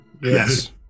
yes